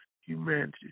humanity